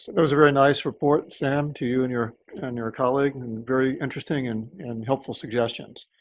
those are very nice report, sam, to you and your and your colleague. and and very interesting and and helpful suggestions.